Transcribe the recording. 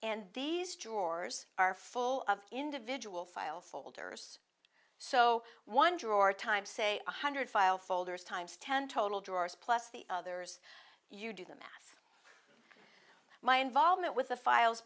and these drawers are full of individual files folders so one drawer time say one hundred file folders times ten total drawers plus the others you do the math my involvement with the files